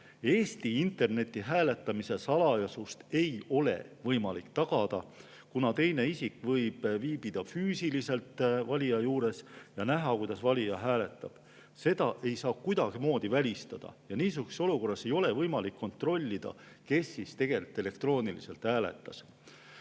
Eesti internetihääletamise salajasust ei ole võimalik tagada, kuna teine isik võib füüsiliselt valija juures viibida ja näha, kuidas valija hääletab. Seda ei saa kuidagimoodi välistada. Niisuguses olukorras ei ole võimalik kontrollida, kes tegelikult elektrooniliselt hääletas.